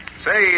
Say